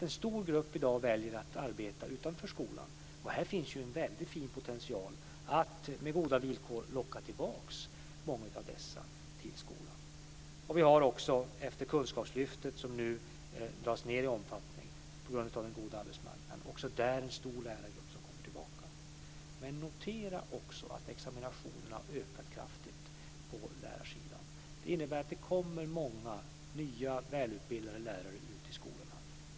En stor grupp väljer i dag att arbeta utanför skolan. Här finns en väldigt fin potential att med goda villkor locka tillbaka många av dessa till skolan. Vi har också efter Kunskapslyftet, som nu dras ned i omfattning på grund av den goda arbetsmarknaden, också där en stor lärargrupp som kommer tillbaka. Notera också att examinationerna har ökat kraftigt på lärarsidan. Det innebär att det kommer många nya välutbildade lärare ut till skolorna.